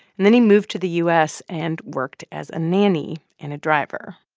and then he moved to the u s. and worked as a nanny and a driver.